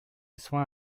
soin